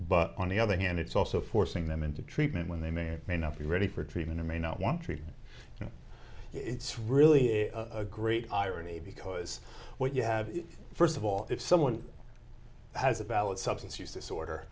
but on the other hand it's also forcing them into treatment when they may or may not be ready for treatment or may not want treatment it's really a great irony because what you have is first of all if someone has a valid substance use disorder